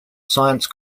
science